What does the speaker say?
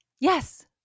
Yes